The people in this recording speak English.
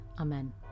Amen